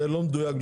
זה לא מדויק,